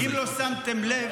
אם לא שמתם לב,